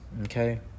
Okay